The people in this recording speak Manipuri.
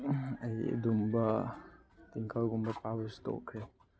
ꯑꯩ ꯑꯗꯨꯒꯨꯝꯕ ꯇ꯭ꯋꯤꯡꯀꯜꯒꯨꯝꯕ ꯄꯥꯕꯁꯦ ꯇꯣꯛꯈ꯭ꯔꯦ